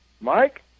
Mike